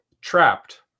Trapped